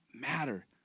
matter